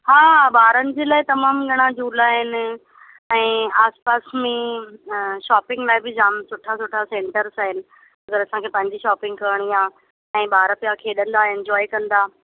हा ॿारनि जे लाइ तमामु नणा झूला आहिनि अईं आसपास में शॉपिंग लाइ बि जाम सुठा सुठा सेंटर्स आहिनि अगरि असांखे पंहिंजी शॉपिंग करिणी आहे ऐं ॿार पिया खेॾंदा आहिनि जोए कंदा